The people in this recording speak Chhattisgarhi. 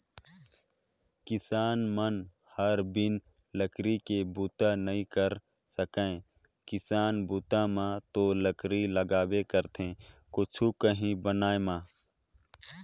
किसान मन हर बिन लकरी के बूता नइ कर सके किसानी बूता म तो लकरी लगबे करथे कुछु काही बनाय म